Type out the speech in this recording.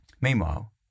Meanwhile